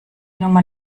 nummer